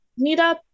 meetup